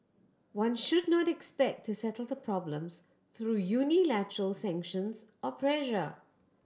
one should not expect to settle the problems through unilateral sanctions or pressure